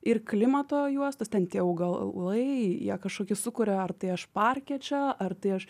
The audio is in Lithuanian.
ir klimato juostos ten tie augalai jie kažkokį sukuria ar tai aš parke čia ar tai aš